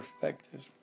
perspectives